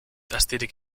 astirik